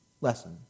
lesson